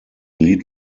lead